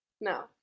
No